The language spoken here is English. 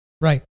right